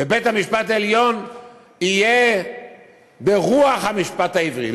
בבית-המשפט העליון יהיה ברוח המשפט העברי.